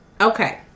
Okay